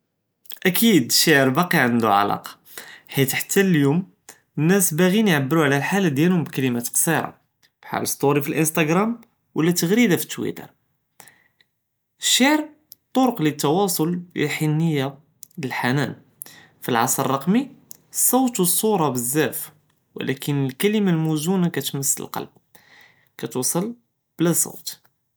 אקיד אששער באקי ענדו עילקה, חית חתא ליליום אנאס באג'ין יעברו על אלחאלה דיאלهم בקלימות קצרות כחאל סטורי פאלאינסטגרם ולה תגרידה פאתוויטר. אששער טראק לת'ואסול ללحنיה ו אלחנאן, פאלעصر אלרקמי אססוט ו אססורה בזאף ולקין אלכלאמה אלמוזונה כתמס אללבב כתואסל בלא סות.